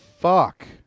fuck